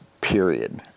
period